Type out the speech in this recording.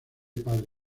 padre